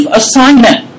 assignment